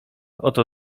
oto